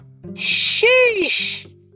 sheesh